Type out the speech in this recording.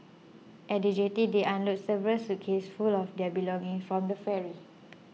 at the jetty they unload several suitcases full of their belongings from the ferry